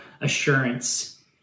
assurance